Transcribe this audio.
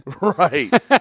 Right